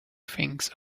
things